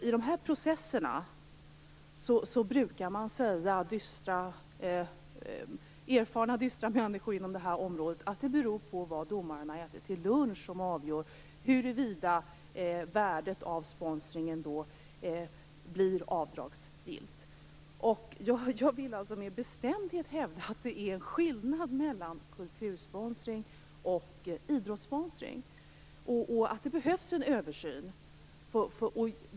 I de här processerna brukar erfarna, dystra människor inom det här området säga att det är vad domaren har ätit till lunch som avgör huruvida värdet av sponsringen blir avdragsgill. Jag vill alltså med bestämdhet hävda att det är skillnad mellan kultursponsring och idrottssponsring, och att det behövs en översyn.